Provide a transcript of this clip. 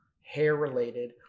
hair-related